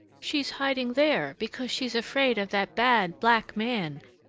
she's hiding there, because she's afraid of that bad black man,